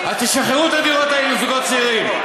אז תשחררו את הדירות האלה לזוגות צעירים,